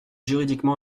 juridiquement